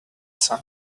son